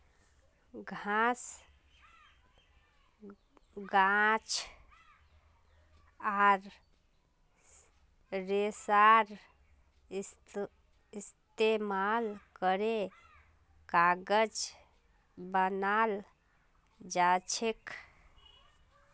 घास गाछ आर रेशार इस्तेमाल करे कागज बनाल जाछेक